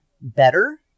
better